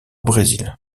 brésil